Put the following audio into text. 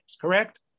Correct